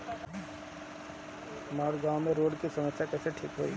हमारा गाँव मे रोड के समस्या कइसे ठीक होई?